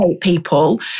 people